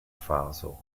faso